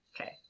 Okay